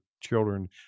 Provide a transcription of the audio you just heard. children